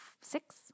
six